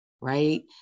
right